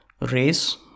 race